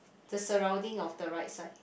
the surrounding of the right side